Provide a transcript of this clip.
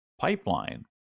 pipeline